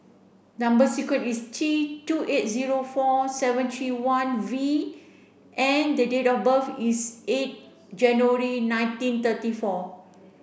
number sequence is T two eight zero four seven three one V and the date of birth is eight January nineteen thirty four